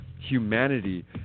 humanity